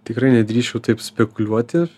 tikrai nedrįsčiau taip spekuliuoti